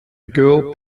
girl